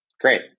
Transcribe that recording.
Great